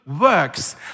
works